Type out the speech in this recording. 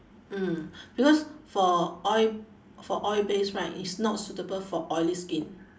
mm because for oil for oil based right it's not suitable for oily skin